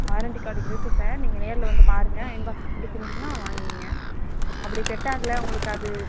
warranty card இருக்குது sir நீங்கள் நேரில் வந்து பாருங்கள் அயன்பாக்ஸ் பிடிச்சிருந்துச்சின்னா வாங்கிகோங்க அப்படி செட் ஆகலை உங்களுக்கு அது